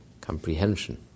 comprehension